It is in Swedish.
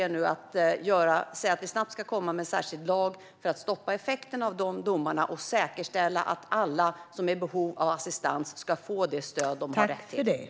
Regeringen har sagt att vi snabbt ska komma med särskild lag för att stoppa effekterna av dessa domar och säkerställa att alla som är i behov av assistans ska få det stöd de har rätt till.